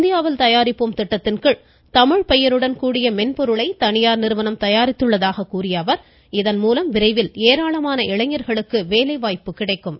இந்தியாவில் தயாரிப்போம் திட்டத்தின்கீழ் தமிழ் பெருடன் கூடிய மென்பொருளை தனியார் நிறுவனம் தயாரித்துள்ளதாக கூறிய அவர் இதன்மூலம் ஏராளமான இளைஞர்களுக்கு வேலைவாய்ப்பு கிடைக்கும் என்றார்